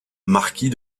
marquis